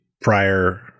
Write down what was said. prior